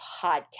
podcast